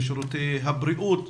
בשירותי הבריאות,